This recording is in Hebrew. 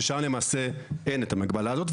ששם למעשה אין את המגבלה הזאת.